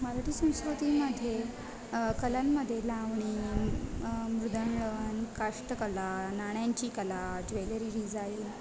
मराठी संस्कृतीमध्ये कलांमध्ये लावणी मृदंग आणि काष्ठकला नाण्यांची कला ज्वेलरी डिझाईन